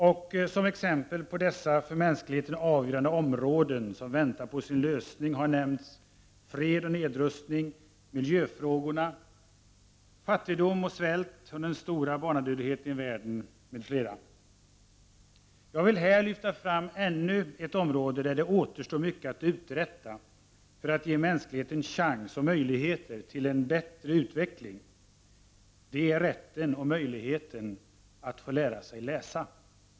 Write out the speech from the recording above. Och som exempel på dessa för mänskligheten avgörande områden som väntar på sin lösning har nämnts fred och nedrustning, miljöfrågorna, fattigdom och svält och den stora barnadödligheten i världen, m.fl. Jag vill här lyfta fram ännu ett område där det återstår mycket att uträtta för att ge mänskligheten chans och möjligheter till en bättre utveckling. Det är rätten och möjligheten att få lära sig läsa.